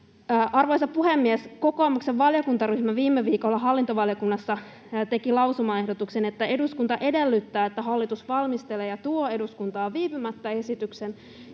Arvoisa puhemies! Kokoomuksen valiokuntaryhmä viime viikolla hallintovaliokunnassa teki lausumaehdotuksen, että eduskunta edellyttää, että hallitus valmistelee ja tuo eduskuntaan viipymättä esityksen,